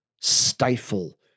stifle